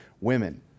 women